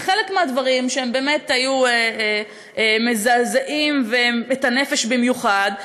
וחלק מהדברים שבאמת מזעזעים את הנפש במיוחד,